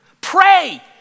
Pray